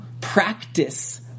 practice